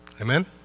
Amen